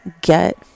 get